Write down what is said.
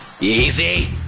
Easy